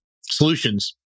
solutions